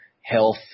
health